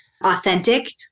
authentic